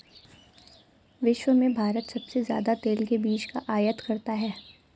विश्व में भारत सबसे ज्यादा तेल के बीज का आयत करता है